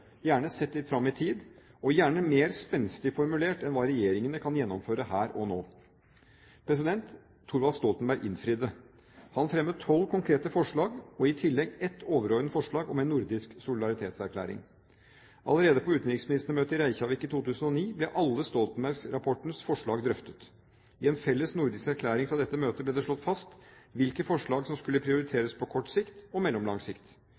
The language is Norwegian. gjerne sett litt fram i tid og gjerne mer spenstig formulert enn hva regjeringene kan gjennomføre her og nå. Thorvald Stoltenberg innfridde. Han fremmet tolv konkrete forslag og i tillegg et overordnet forslag om en nordisk solidaritetserklæring. Allerede på utenriksministermøtet i Reykjavik i 2009 ble alle Stoltenberg-rapportens forslag drøftet. I en felles nordisk erklæring fra dette møtet ble det slått fast hvilke forslag som skulle prioriteres på kort sikt og mellomlang sikt.